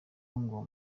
ngo